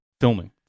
Filming